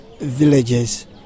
villages